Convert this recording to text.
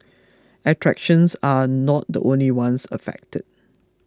attractions are not the only ones affected